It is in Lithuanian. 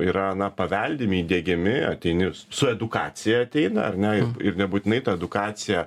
yra na paveldimi įdiegiami ateini su edukacija ateina ar ne ir ir nebūtinai ta edukacija